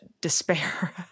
despair